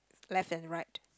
left and right